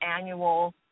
annual